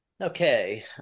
Okay